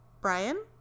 Brian